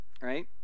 right